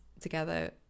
together